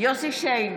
יוסף שיין,